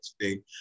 today